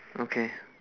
okay